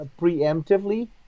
preemptively